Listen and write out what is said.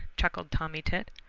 chuckled tommy tit.